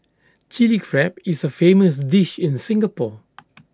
Chilli Crab is A famous dish in Singapore